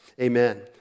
amen